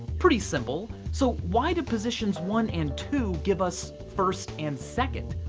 pretty simple. so why do positions one and two give us first and second?